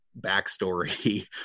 backstory